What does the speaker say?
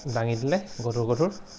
দাঙি দিলে গধুৰ গধুৰ